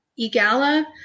EGALA